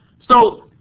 so,